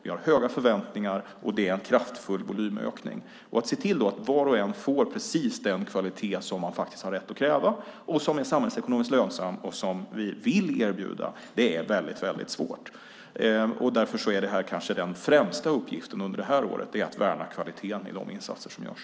Vi har höga förväntningar, och det är en kraftfull volymökning. Att då se till att var och en får precis den kvalitet som man faktiskt har rätt att kräva och som är samhällsekonomiskt lönsam och som vi vill erbjuda är väldigt svårt. Därför är kanske den främsta uppgiften under det här året att värna kvaliteten i de insatser som görs.